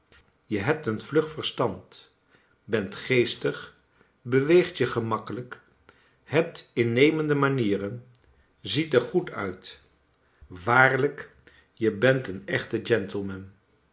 je hebt een vlug verstand bent geestig beweegt je gemakkelijk hebt innemende manieren ziet er goed uit waarlijk je bent een echte gentleman